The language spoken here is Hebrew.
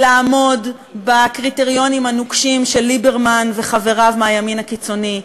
לעמוד בקריטריונים הנוקשים של ליברמן וחבריו מהימין הקיצוני.